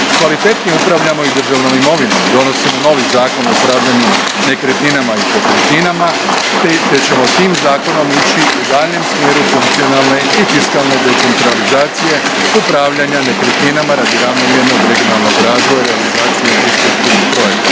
Kvalitetnije upravljamo i državnom imovinom. Donosimo novi Zakon o upravljanju nekretninama i pokretninama, te ćemo tim zakonom ići u daljnjem smjeru funkcionalne i fiskalne decentralizacije upravljanja nekretninama radi ravnomjernog regionalnog razvoja i realizacije infrastrukturnih projekata.